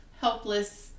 helpless